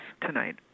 tonight